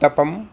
uttapam